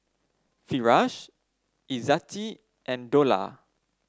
Firash Izzati and Dollah